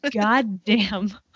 goddamn